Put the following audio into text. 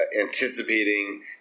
anticipating